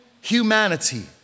humanity